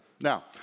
Now